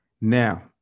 now